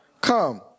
Come